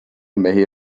mehi